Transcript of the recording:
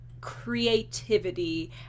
creativity